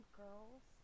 girls